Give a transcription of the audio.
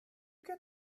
get